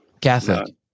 Catholic